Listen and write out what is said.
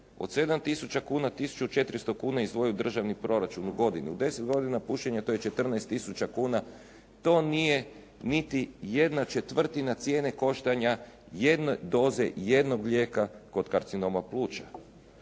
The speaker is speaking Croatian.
Od 7 tisuća kuna, 1400 kuna izdvoji u državni proračun u godini. U 10 godina pušenja to je 14 tisuća kuna. To nije niti ¼ cijene koštanja jedne doze jednog lijeka kod karcinoma pluća.